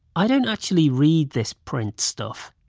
i don't actually read this print stuff.